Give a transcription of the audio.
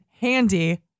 handy